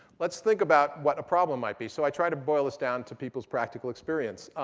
let's think about what a problem might be. so i try to boils down to people's practical experience.